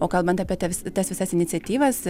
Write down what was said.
o kalbant apie tavs tas visas iniciatyvas